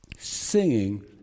singing